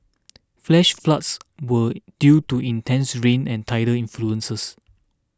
flash floods were due to intense rain and tidal influences